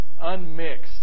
unmixed